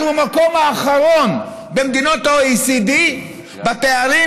אנחנו במקום האחרון במדינות ה-OECD בפערים